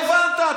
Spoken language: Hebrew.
לא הבנת.